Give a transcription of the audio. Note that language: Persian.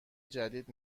جدید